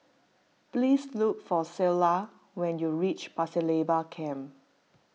please look for Ceola when you reach Pasir Laba Camp